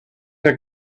your